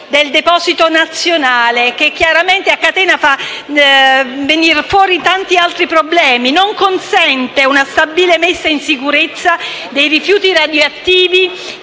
del deposito nazionale, che chiaramente, a catena, fa emergere tanti altri problemi e non consente una stabile messa in sicurezza dei rifiuti radioattivi,